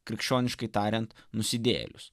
krikščioniškai tariant nusidėjėlius